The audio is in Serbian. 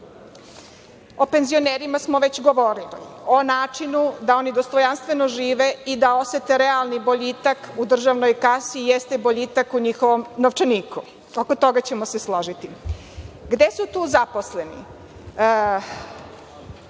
penzionerima smo već govorili, o načinu da oni dostojanstveno žive i da osete realni boljitak u državnoj kasi jeste boljitak u njihovom novčaniku, a oko toga ćemo se složiti. Gde su tu zaposleni?